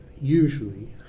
usually